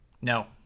No